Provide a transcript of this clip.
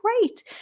great